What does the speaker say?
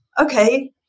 okay